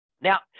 Now